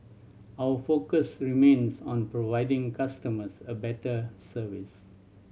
our focus remains on providing customers a better service